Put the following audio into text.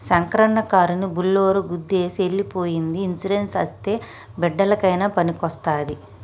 శంకరన్న కారుని బోలోరో గుద్దేసి ఎల్లి పోయ్యింది ఇన్సూరెన్స్ అస్తే బిడ్డలకయినా పనికొస్తాది